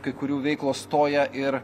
kai kurių veiklos stoja ir